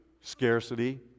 Scarcity